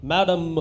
Madam